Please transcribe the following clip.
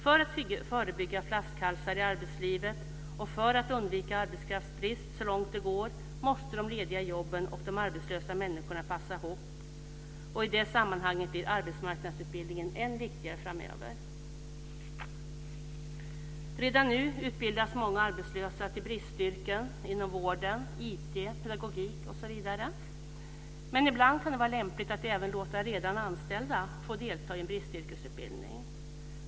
För att förebygga flaskhalsar i arbetslivet och för att undvika arbetskraftsbrist så långt det går måste de lediga jobben och de arbetslösa människorna passa ihop. I det sammanhanget blir arbetsmarknadsutbildningen ännu viktigare framöver. Redan nu utbildas många arbetslösa till bristyrken inom vården, IT, pedagogik osv. Men ibland kan det vara lämpligt att även låta redan anställda få delta i en bristyrkesutbildning.